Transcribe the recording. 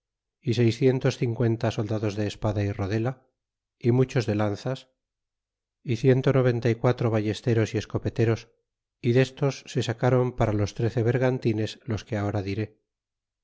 y seiscientos y cincuenta soldados de espada y rodela é muchos de lanzas é ciento y noventa y quatro ballesteros y escopeteros y destos se sacron para los trece vergantines los que ahora diré